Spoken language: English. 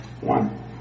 One